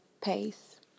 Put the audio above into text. Pace